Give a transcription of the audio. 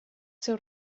seu